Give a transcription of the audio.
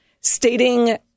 stating